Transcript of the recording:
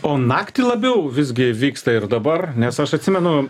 o naktį labiau visgi vyksta ir dabar nes aš atsimenu